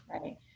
right